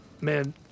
Man